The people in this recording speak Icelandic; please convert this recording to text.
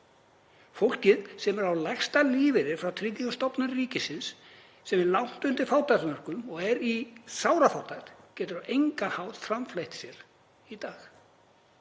Fólkið sem er á lægsta lífeyri frá Tryggingastofnun ríkisins og er langt undir fátæktarmörkum, er í sárafátækt, getur á engan hátt framfleytt sér í dag.